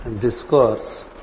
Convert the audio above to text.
discourse